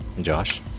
josh